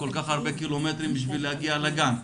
כל כך הרבה קילומטרים בשביל להגיע לגן?